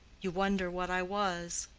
you wonder what i was.